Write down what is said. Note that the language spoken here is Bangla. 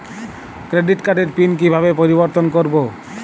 ক্রেডিট কার্ডের পিন কিভাবে পরিবর্তন করবো?